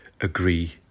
agree